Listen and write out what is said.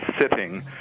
sitting